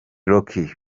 rock